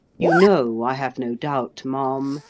you know i have no doubt, ma'am,